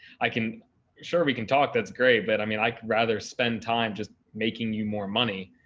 i can share, we can talk. that's great. but i mean, i rather spend time just making you more money,